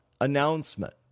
announcement